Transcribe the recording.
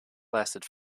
lasted